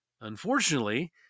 Unfortunately